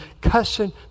cussing